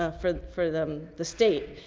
ah for, for them the state.